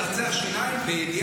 לצחצח שיניים ולהרגיש נשיא.